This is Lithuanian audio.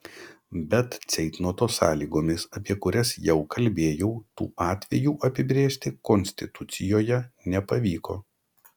bet ceitnoto sąlygomis apie kurias jau kalbėjau tų atvejų apibrėžti konstitucijoje nepavyko